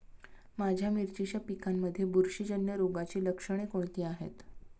माझ्या मिरचीच्या पिकांमध्ये बुरशीजन्य रोगाची लक्षणे कोणती आहेत?